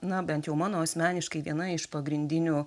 na bent jau mano asmeniškai viena iš pagrindinių